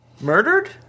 Murdered